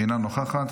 אינה נוכחת,